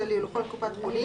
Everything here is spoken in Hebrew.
החישובים.